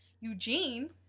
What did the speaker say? Eugene